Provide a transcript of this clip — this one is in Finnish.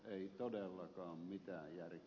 ei todellakaan mitään järkeä